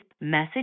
message